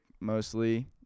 mostly